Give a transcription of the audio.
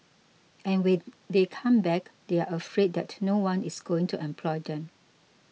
and when they come back they are afraid that no one is going to employ them